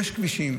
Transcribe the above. יש כבישים,